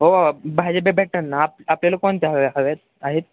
हो भाजी बी भेटल ना आपल्याला कोणत्या हव्या हव्या आहेत आहेत